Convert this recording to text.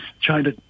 China